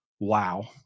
Wow